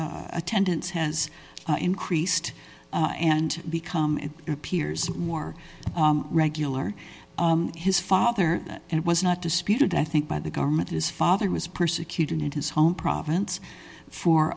attendance has increased and become it appears more regular his father and it was not disputed i think by the government his father was persecuted in his home province for